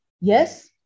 yes